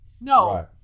No